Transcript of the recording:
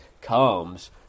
comes